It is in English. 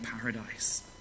paradise